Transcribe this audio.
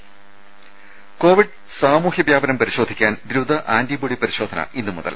ത കോവിഡ് സാമൂഹ്യ വ്യാപനം പരിശോധിക്കാൻ ദ്രുത ആന്റിബോഡി പരിശോധന ഇന്നുമുതൽ